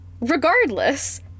regardless